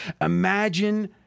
imagine